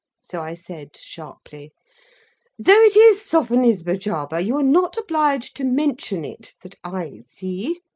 so i said, sharply though it is sophonisba, jarber, you are not obliged to mention it, that i see.